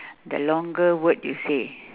the longer word you say